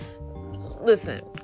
listen